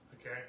Okay